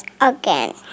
again